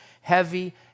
heavy